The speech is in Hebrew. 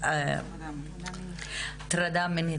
הטרדה מינית